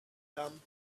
come